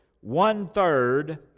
one-third